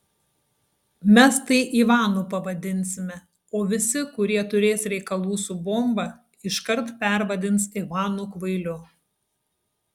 mes tai ivanu pavadinsime o visi kurie turės reikalų su bomba iškart pervadins ivanu kvailiu